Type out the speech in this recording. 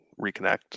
reconnect